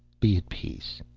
be at peace